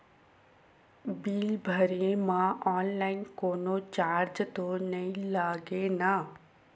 Bill भरे मा online कोनो चार्ज तो नई लागे ना?